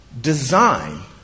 design